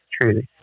truth